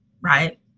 right